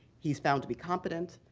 he's found to be competent,